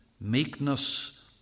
meekness